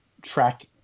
track